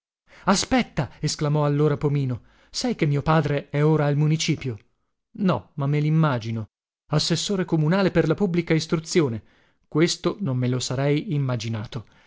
aspetta esclamò allora pomino sai che mio padre è ora al municipio no ma me limmagino assessore comunale per la pubblica istruzione questo non me lo sarei immaginato